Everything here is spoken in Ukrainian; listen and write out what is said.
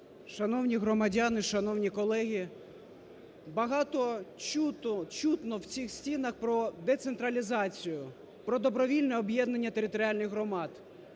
Шановні громадяни, шановні колеги, багато чутно в цих стінах про децентралізацію, про добровільне об'єднання територіальних громад.